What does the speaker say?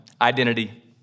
identity